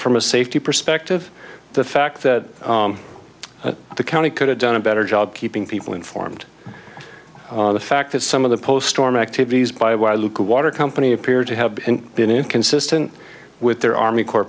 from a safety perspective the fact that the county could have done a better job keeping people informed on the fact that some of the post storm activities by luke water company appear to have been inconsistent with their army cor